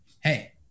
hey